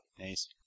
Nice